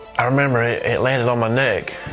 i remember it landed on my neck,